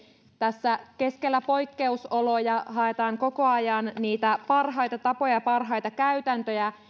tässä keskellä poikkeusoloja haetaan koko ajan niitä parhaita tapoja parhaita käytäntöjä